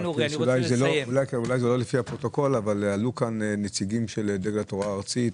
אולי זה לא לפי הפרוטוקול אבל עלו כאן נציגים של דגל התורה הארצי.